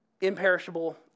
imperishable